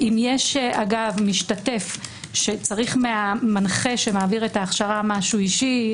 אם יש משתתף שצריך מהמנחה שמעביר את ההכשרה משהו אישי,